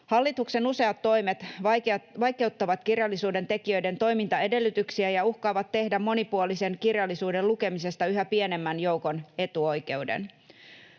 Hallituksen useat toimet vaikeuttavat kirjallisuuden tekijöiden toimintaedellytyksiä ja uhkaavat tehdä monipuolisen kirjallisuuden lukemisesta yhä pienemmän joukon etuoikeuden.